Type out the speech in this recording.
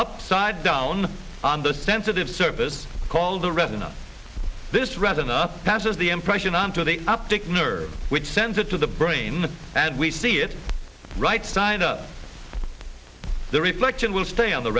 upside down on the sensitive service called the retina this rather than up passes the impression onto the optic nerve which sends it to the brain and we see it right side up the reflection will stay on the